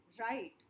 right